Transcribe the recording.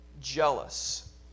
jealous